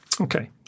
Okay